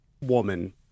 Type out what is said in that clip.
woman